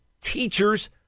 teachers